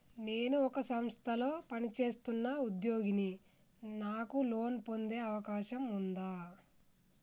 నేను ఒక సంస్థలో పనిచేస్తున్న ఉద్యోగిని నాకు లోను పొందే అవకాశం ఉందా?